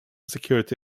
security